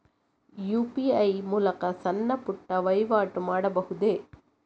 UPI ಮೂಲಕ ಸಣ್ಣ ಪುಟ್ಟ ವಹಿವಾಟು ಮಾಡಬಹುದೇ?